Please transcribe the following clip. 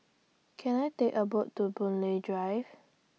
Can I Take A boot to Boon Lay Drive